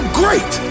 great